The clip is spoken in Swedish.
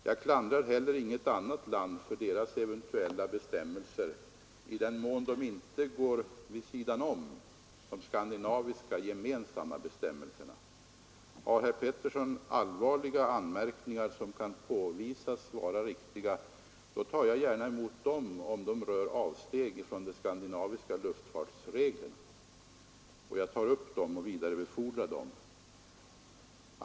Jag klandrar heller inget annat land för dess bestämmelser, i den mån de inte går vid sidan om de gemensamma skandinaviska bestämmelserna. Har herr Petersson allvarliga anmärkningar, som kan påvisas vara riktiga, om avsteg från de skandinaviska luftfartsreglerna, tar jag gärna emot och vidarebefordrar dem.